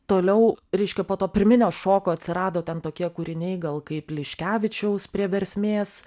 toliau reiškia po to pirminio šoko atsirado ten tokie kūriniai gal kaip liškevičiaus prie versmės